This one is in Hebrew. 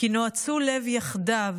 כי נועצו לב יחדו,